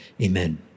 amen